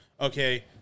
okay